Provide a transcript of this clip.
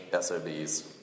SOBs